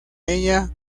ella